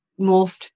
morphed